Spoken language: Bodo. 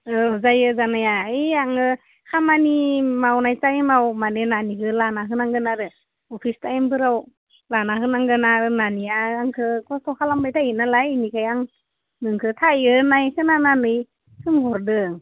औ जायो जानाया ओइ आङो खामानि मावनाय टाइमाव माने नानिखो लाना होनांगोन आरो अफिस टाइमफोराव लाना होनांगोन आरो नानिया आंखो खस्थ' खालामबाय थायोनालाय इनिखाय आं नोंखो थायो होननाय खोनानानै सोंहरदों